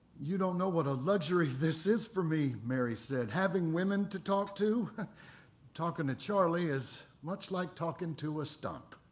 you don't know what a luxury this is for me, mary said. having women to talk to talking to charlie is much like talking to a stump.